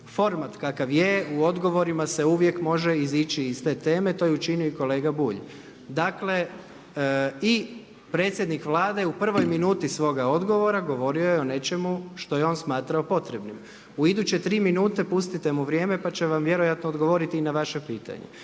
format kakav je u odgovorima se uvijek može izići iz te teme, to je učinio i kolega Bulj. Dakle predsjednik Vlade u prvoj minuti svoga odgovora govorio je o nečemu što je on smatrao potrebnim. U iduće tri minute pustite mu vrijeme pa će vam vjerojatno odgovoriti i na vaše pitanje,